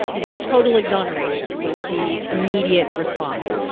you know, total exoneration was the immediate response.